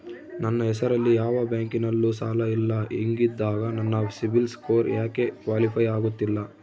ನನ್ನ ಹೆಸರಲ್ಲಿ ಯಾವ ಬ್ಯಾಂಕಿನಲ್ಲೂ ಸಾಲ ಇಲ್ಲ ಹಿಂಗಿದ್ದಾಗ ನನ್ನ ಸಿಬಿಲ್ ಸ್ಕೋರ್ ಯಾಕೆ ಕ್ವಾಲಿಫೈ ಆಗುತ್ತಿಲ್ಲ?